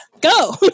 go